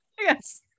yes